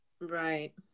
Right